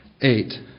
eight